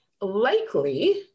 likely